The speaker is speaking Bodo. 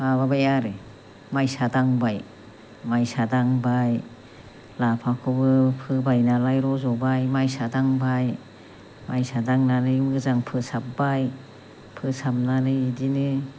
माबाबाय आरो माइसा दांबाय माइसा दांबाय लाफाखौबो फोबाय नालाय रज'बाय माइसा दांबाय माइसा दांनानै मोजां फोसाब्बाय फोसाबनानै बिदिनो